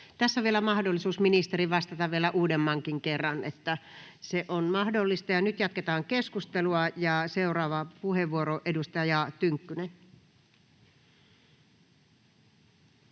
Tässä on mahdollisuus ministerin vastata vielä uudemmankin kerran, se on mahdollista. — Nyt jatketaan keskustelua. — Seuraava puheenvuoro, edustaja Tynkkynen.